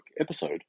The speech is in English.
episode